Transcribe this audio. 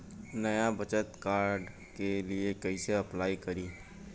नया बचत कार्ड के लिए कइसे अपलाई करी?